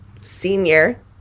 senior